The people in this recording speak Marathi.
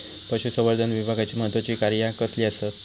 पशुसंवर्धन विभागाची महत्त्वाची कार्या कसली आसत?